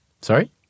Sorry